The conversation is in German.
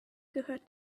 gehört